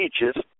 teaches